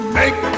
make